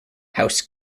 house